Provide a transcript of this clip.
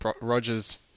Rogers